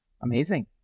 Amazing